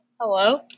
Hello